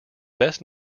best